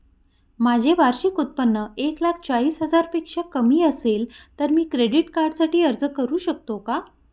माझे वार्षिक उत्त्पन्न एक लाख चाळीस हजार पेक्षा कमी असेल तर मी क्रेडिट कार्डसाठी अर्ज करु शकतो का?